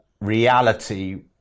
reality